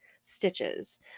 stitches